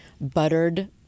buttered